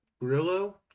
Grillo